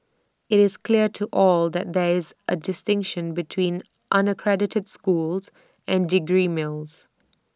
IT is clear to all that there is A distinction between unaccredited schools and degree mills